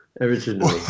originally